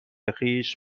خویش